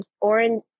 Orange